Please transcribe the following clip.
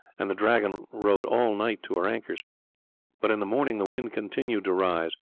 and the dragon rode all night to her anchors but in the morning the wind continued to rise.